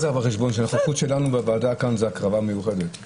אתה לא לוקח בחשבון שהנוכחות שלנו בוועדה הזאת זו הקרבה מיוחדת.